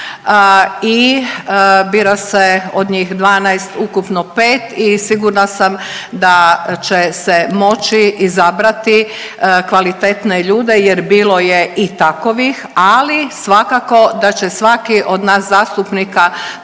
i bira se od njih 12 ukupno 5 i sigurna sam da će se moći izabrati kvalitetne ljude jer bilo je i takovih, ali svakako da će svaki od nas zastupnika